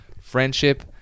friendship